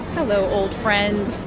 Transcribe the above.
hello, old friend.